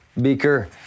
beaker